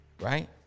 Right